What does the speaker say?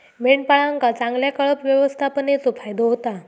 मेंढपाळांका चांगल्या कळप व्यवस्थापनेचो फायदो होता